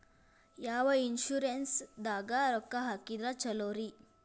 ಯಾವ ಇನ್ಶೂರೆನ್ಸ್ ದಾಗ ರೊಕ್ಕ ಹಾಕಿದ್ರ ಛಲೋರಿ?